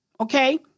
okay